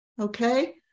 Okay